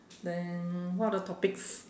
then what other topics